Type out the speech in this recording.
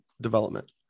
development